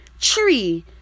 tree